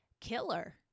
killer